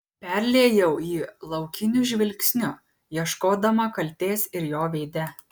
perliejau jį laukiniu žvilgsniu ieškodama kaltės ir jo veide